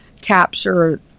capture